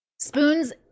Spoons